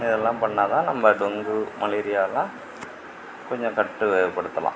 இதெல்லாம் பண்ணா தான் நம்ப டெங்கு மலேரியாலாம் கொஞ்சம் கட்டுப்படுத்தலாம்